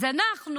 אז אנחנו,